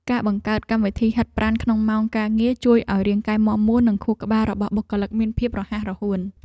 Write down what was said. ការបង្កើតកម្មវិធីហាត់ប្រាណក្នុងម៉ោងការងារ ជួយឱ្យរាងកាយមាំមួននិងខួរក្បាលរបស់បុគ្គលិកមានភាពរហ័សរហួន។